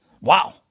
Wow